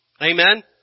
Amen